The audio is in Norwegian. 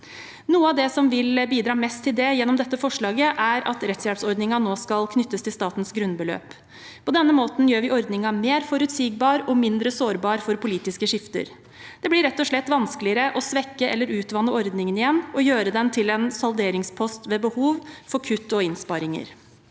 Noe av det som vil bidra mest til det gjennom dette forslaget, er at rettshjelpsordningen nå skal knyttes til statens grunnbeløp. På denne måten gjør vi ordningen mer forutsigbar og mindre sårbar for politiske skifter. Det blir rett og slett vanskeligere å svekke eller utvanne ordningen igjen og gjøre den til en salderingspost ved behov for kutt og innsparinger.